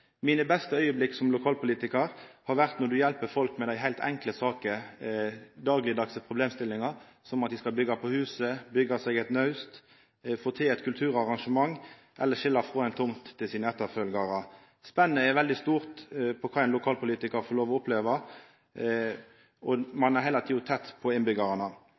Mine beste augneblink som lokalpolitikar har vore når eg har hjelpt folk med dei heilt enkle sakene, dei daglegdagse problemstillingane, som at dei skal byggja på huset, byggja seg eit naust, få til eit kulturarrangement eller skilja frå ei tomt til etterkomarane sine. Spennet er veldig stort med omsyn til kva ein lokalpolitikar får oppleva, og ein er heile tida tett på